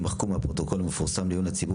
יימחקו מהפרוטוקול המפורסם לעיון הציבור